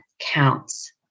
counts